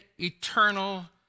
eternal